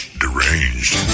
deranged